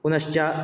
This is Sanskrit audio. पुनश्च